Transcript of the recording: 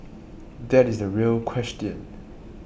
that is the real question